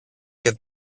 και